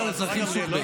מכם שיעורים בנימוס,